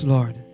Lord